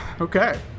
Okay